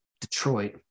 Detroit